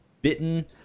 bitten